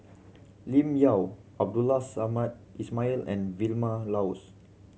Lim Yau Abdul Samad Ismail and Vilma Laus